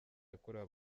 yakorewe